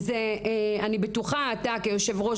אתה כיושב-ראש